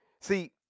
See